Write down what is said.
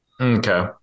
Okay